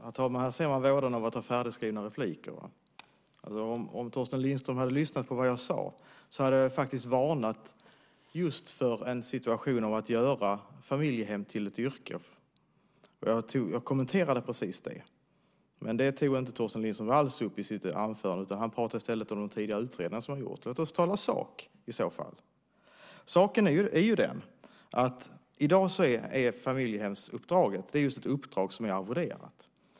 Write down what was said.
Herr talman! Här ser man vådan av att ha färdigskrivna repliker. Om Torsten Lindström hade lyssnat på vad jag sade hade han hört att jag just varnade för en situation där man gör familjehem till ett yrke. Jag kommenterade just det. Det tog inte Torsten Lindström alls upp i sitt anförande. Han pratade i stället om de tidigare utredningar som har gjorts. Låt oss tala sak. Saken är att familjehemsuppdraget i dag är just ett uppdrag som är arvoderat.